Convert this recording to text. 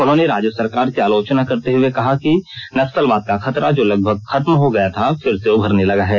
उन्होंने राज्य सरकार की आलोचना करते हुए कहा कि नक्सलवाद का खतरा जो लगभग खत्म हो गया था फिर से उभरने लगा है